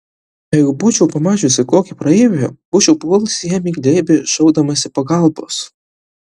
jeigu būčiau pamačiusi kokį praeivį būčiau puolusi jam į glėbį šaukdamasi pagalbos